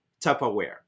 Tupperware